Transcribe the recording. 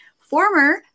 former